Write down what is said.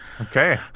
Okay